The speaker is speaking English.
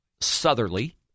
southerly